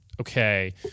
okay